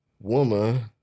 woman